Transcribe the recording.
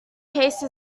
case